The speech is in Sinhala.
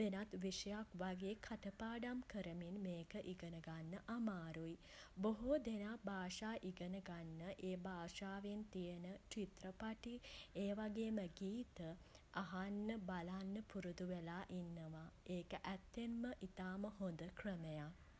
වෙනත් විෂයක් වගේ කටපාඩම් කරමින් මේක ඉගෙන ගන්න අමාරුයි. බොහෝ දෙනා භාෂා ඉගෙන ගන්න ඒ භාෂාවෙන් තියෙන චිත්‍රපටි ඒ වගේම ගීත අහන්න බලන්න පුරුදු වෙලා ඉන්නවා. ඒක ඇත්තෙන්ම ඉතාම හොඳ ක්‍රමයක්.